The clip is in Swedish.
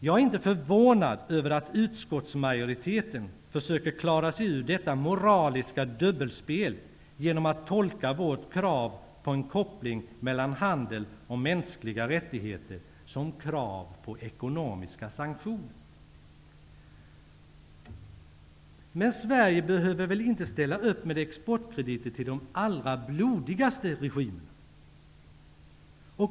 Jag är inte förvånad över att utskottsmajoriteten försöker klara sig ur detta moraliska dubbelspel genom att tolka vårt krav på en koppling mellan handel och mänskliga rättigheter som krav på ekonomiska sanktioner. Men Sverige behöver väl inte ställa upp med exportkrediter till de allra blodigaste regimerna?